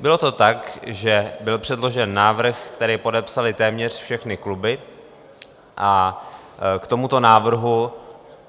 Bylo to tak, že byl předložen návrh, který podepsaly téměř všechny kluby, a k tomuto návrhu